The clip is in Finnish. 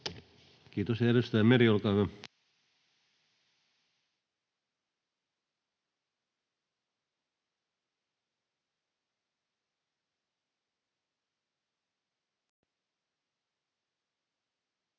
Kiitos. — Ja edustaja Meri, olkaa hyvä.